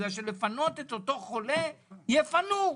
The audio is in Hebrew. בגלל שלפנות את אותו חולה, יפנו,